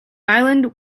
island